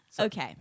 Okay